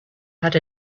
had